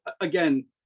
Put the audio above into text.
again